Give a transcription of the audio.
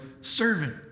servant